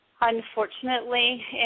Unfortunately